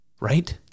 right